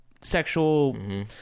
sexual